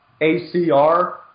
ACR –